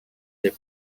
des